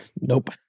Nope